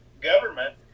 government